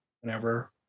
whenever